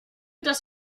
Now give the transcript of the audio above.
das